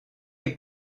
est